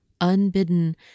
Unbidden